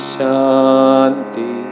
Shanti